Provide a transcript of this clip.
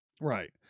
right